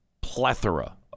plethora